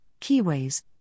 keyways